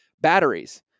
Batteries